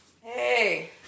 Hey